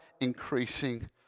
increasing